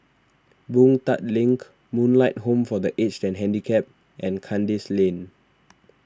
Boon Tat Link Moonlight Home for the Aged and Handicapped and Kandis Lane